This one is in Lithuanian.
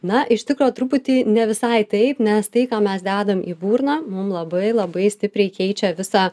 na iš tikro truputį ne visai taip nes tai ką mes dedam į burną mum labai labai stipriai keičia visą